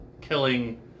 killing